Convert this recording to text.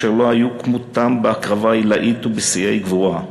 אשר לא היו כמותם בהקרבה עילאית ובשיאי גבורה.